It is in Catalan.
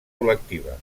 col·lectiva